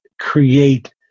create